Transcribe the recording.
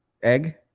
Egg